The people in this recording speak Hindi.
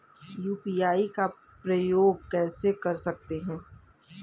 यू.पी.आई का उपयोग कैसे कर सकते हैं?